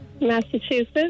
Massachusetts